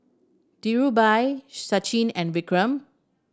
Dhirubhai Sachin and Vikram